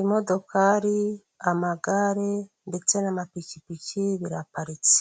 Imodokari, amagare ndetse n'amapikipiki biraparitse,